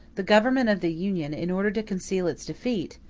the government of the union, in order to conceal its defeat,